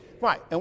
Right